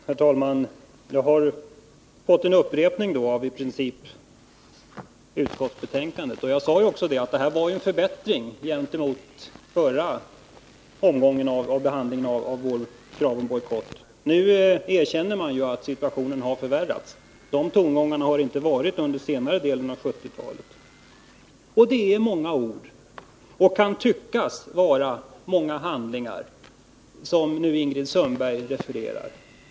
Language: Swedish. Herr talman! Jag har fått en upprepning i princip av vad som står i utskottsbetänkandet. Jag sade ju också att detta var en förbättring gentemot 179 den förra behandlingen av vårt krav om bojkott. Nu erkänner man att situationen har förvärrats. De tongångarna har inte hörts under senare delen av 1970-talet. Det är många ord, och kan tyckas vara många handlingar, som Ingrid Sundberg nu refererar.